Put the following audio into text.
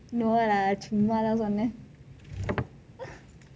no lah சும்மா தான் சொன்னேன்:summa thaan sonnen